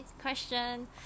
question